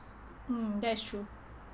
mm that is true